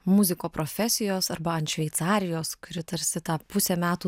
muziko profesijos arba ant šveicarijos kuri tarsi tą pusę metų